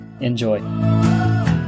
Enjoy